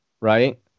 right